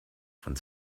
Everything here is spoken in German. von